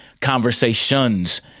Conversations